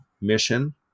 mission